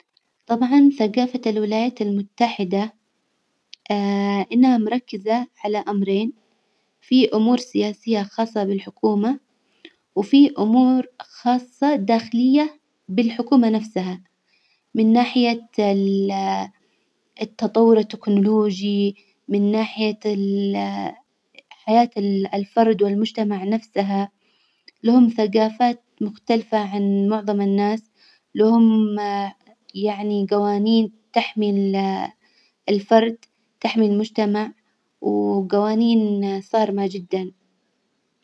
طبعا ثجافة الولايات المتحدة إنها مركزة على أمرين، في أمور سياسية خاصة بالحكومة، وفي أمور خاصة داخلية بالحكومة نفسها، من ناحية ال- التطور التكنولوجي، من ناحية حياة ال- الفرد والمجتمع نفسها، لهم ثجافات مختلفة عن معظم الناس، لهم يعني جوانين تحمي الفرد، تحمي المجتمع، وجوانين صارمة جدا.